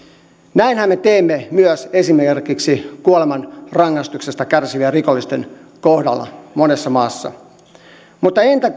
näinhän me teemme myös esimerkiksi kuolemanrangaistuksesta kärsivien rikollisten kohdalla monessa maassa mutta entä